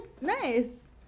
Nice